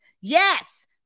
yes